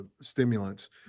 stimulants